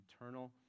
eternal